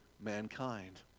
mankind